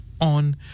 on